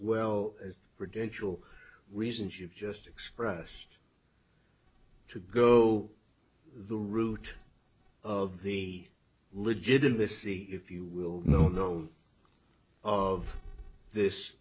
well as for digital reasons you've just expressed to go the route of the legitimacy if you will know those of this